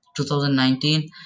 2019